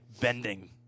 bending